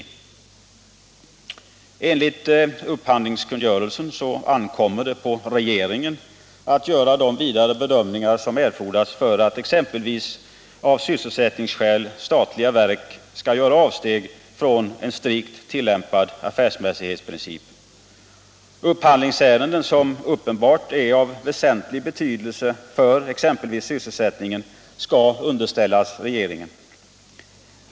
Enligt upphandlingskungörelsen ankommer det på regeringen att göra de vidare bedömningar som erfordras för att statliga verk exempelvis av sysselsättningsskäl skäll göra avsteg från en strikt tillämpning av principen om affärsmässighet. Upphandlingsärenden som uppenbart är av väsentlig betydelse för sysselsättningen skall underställas regeringen.